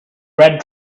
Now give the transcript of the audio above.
red